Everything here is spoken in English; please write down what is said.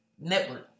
network